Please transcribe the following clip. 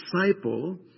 disciple